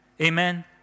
Amen